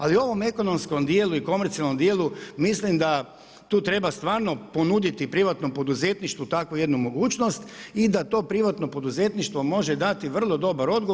Ali u ovom ekonomskom dijelu i komercijalnom dijelu mislim da tu treba stvarno ponuditi privatnom poduzetništvu takvu jednu mogućnost i da to privatno poduzetništvo može dati vrlo dobar odgovor.